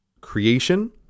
creation